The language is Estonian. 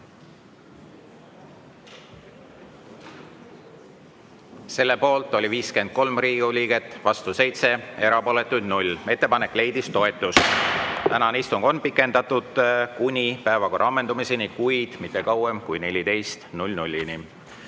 Selle poolt oli 53 Riigikogu liiget, vastu 7, erapooletuid 0. Ettepanek leidis toetust. Tänane istung on pikendatud kuni päevakorra ammendumiseni, kuid mitte kauem kui kella